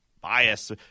bias